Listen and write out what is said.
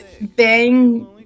Bang